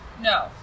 No